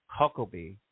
Huckabee